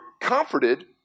comforted